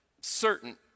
certain